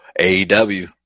AEW